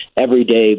everyday